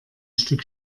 stück